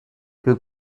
que